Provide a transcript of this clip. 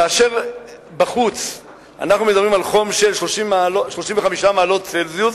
כאשר בחוץ אנחנו מדברים על חום של 35 מעלות צלזיוס,